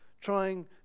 trying